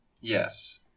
Yes